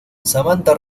samantha